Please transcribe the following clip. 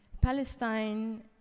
Palestine